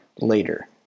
later